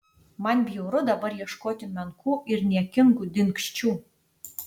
man bjauru dabar ieškoti menkų ir niekingų dingsčių